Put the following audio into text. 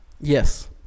Yes